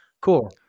Cool